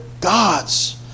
gods